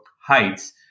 heights